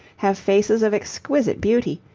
have faces of exquisite beauty,